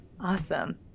Awesome